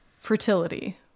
fertility